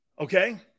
Okay